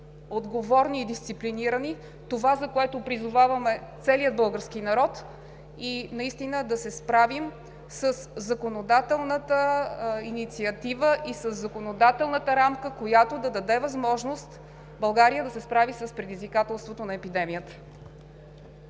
отговорни и дисциплинирани – това, за което призоваваме целия български народ, и наистина със законодателната инициатива и със законодателната рамка да се даде възможност България да се справи с предизвикателството на епидемията.